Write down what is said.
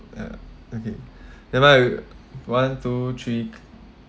uh okay never mind one two three c~